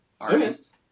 artists